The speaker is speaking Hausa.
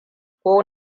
ko